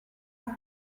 are